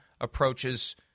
approaches